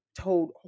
told